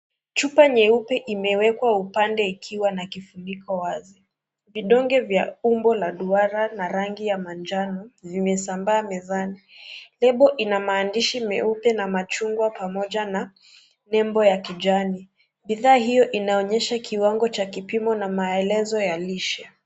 Chupa nyeupe imewekwa upande ikiwa na kifuniko wazi. Vidonge vya umbo la duara na rangi ya manjano vimezambaa mezani. Lebo ina maandishi meupe na machungwa pamoja na nembo ya kijani. Bidhaa hiyo inaonyesha kiwango cha kipimo na maelezo ya Lishe.